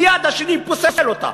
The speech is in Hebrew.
מייד השני פוסל אותה.